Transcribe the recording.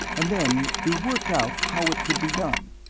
and then we worked out how it could be done.